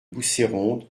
bousséronde